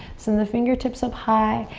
send the fingertips up high.